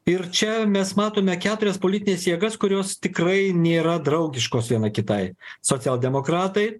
ir čia mes matome keturias politines jėgas kurios tikrai nėra draugiškos viena kitai socialdemokratai